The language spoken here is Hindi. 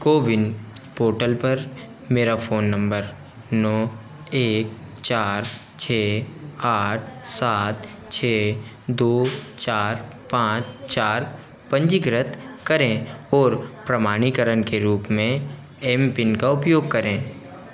कोविन पोर्टल पर मेरा फ़ोन नंबर नौ एक चार छः आठ सात छः दो चार पाँच चार पंजीकृत करें और प्रमाणीकरण के रूप में एम पिन का उपयोग करें